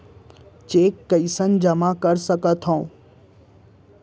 Cheque कईसने जेमा कर सकथो?